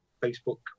facebook